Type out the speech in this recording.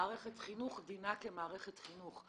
מערכת חינוך דינה כמערכת חינוך.